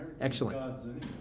Excellent